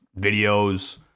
Videos